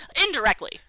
Indirectly